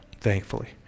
thankfully